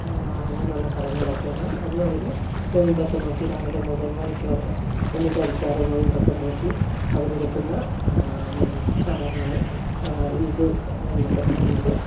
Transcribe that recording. അങ്ങനെയുള്ള ചടങ്ങുകളൊക്കെയാണ് അതും അവർ നൊയിമ്പൊക്കെ നോക്കി രാവിലെ മുതൽ വൈകിട്ട് വരെ ഒന്നും കഴിക്കാതെ നൊയിമ്പ് ഒക്കെ നോക്കി അവരെടുക്കുന്ന ചടങ്ങാണ് ഈദ് എന്നൊക്കെ പറയുന്നത്